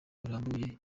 burambuye